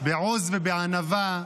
בעוז ובענווה,